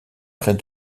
près